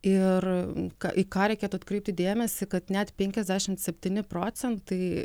ir į ką reikėtų atkreipti dėmesį kad net penkiasdešimt septyni procentai